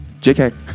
JK